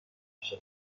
کشد